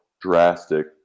drastic